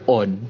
on